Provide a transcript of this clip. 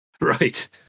Right